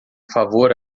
favor